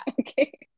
okay